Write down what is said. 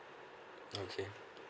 okay